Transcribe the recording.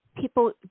people